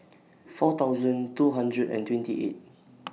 four thousand two hundred and twenty eight